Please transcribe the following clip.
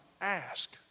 ask